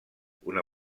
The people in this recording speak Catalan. una